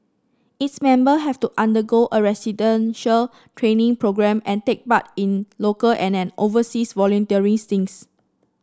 its member have to undergo a residential training programme and take part in local and an overseas volunteering stints